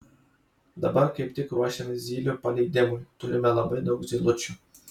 dabar kaip tik ruošiamės zylių paleidimui turime labai daug zylučių